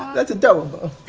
that's adorable.